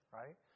right